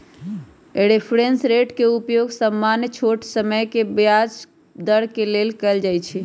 reference rate के उपयोग सामान्य छोट समय के ब्याज दर के लेल कएल जाइ छइ